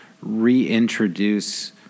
reintroduce